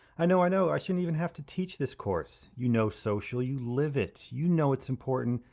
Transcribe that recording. i know, i know, i shouldn't even have to teach this course. you know social, you live it. you know it's important,